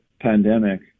pandemic